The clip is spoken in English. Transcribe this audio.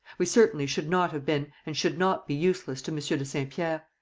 we certainly should not have been and should not be useless to monsieur de saint-pierre.